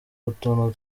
utuntu